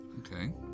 okay